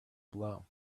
blow